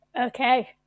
Okay